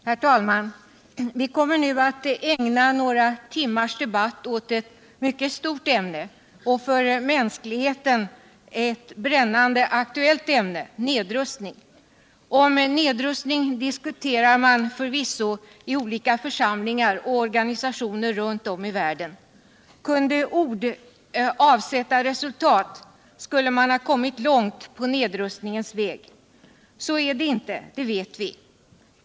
Herr talman! Vi kommer nu att ägna några timmars debatt åt ett mycket stort ämne som är brännande aktuellt för mänskligheten — nedrustning. Om nedrustning diskuterar man förvisso I olika församlingar och organisationer runt om i världen. Kunde ord avsätta resultat skulle man ha kommit långt på nedrustningens väg. Så är det inte. Det vet vi.